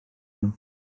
nhw